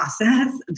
process